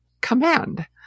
command